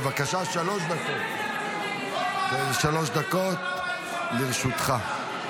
בבקשה, שלוש דקות לרשותך.